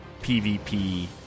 PvP